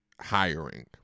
hiring